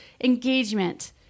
engagement